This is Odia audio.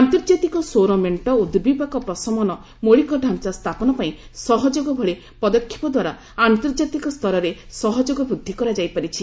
ଆନ୍ତର୍ଜାତିକ ସୌର ମେଣ୍ଟ ଓ ଦୁର୍ବିପାକ ପ୍ରଶମନ ମୌଳିକ ଢାଞ୍ଚା ସ୍ଥାପନ ପାଇଁ ସହଯୋଗ ଭଳି ପଦକ୍ଷେପ ଦ୍ୱାରା ଆନ୍ତର୍ଜାତିକ ସ୍ତରରେ ସହଯୋଗ ବୃଦ୍ଧି କରାଯାଇ ପାରିଛି